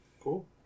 Cool